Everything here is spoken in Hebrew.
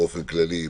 באופן כללי,